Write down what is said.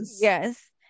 yes